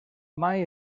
mai